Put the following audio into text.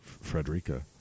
Frederica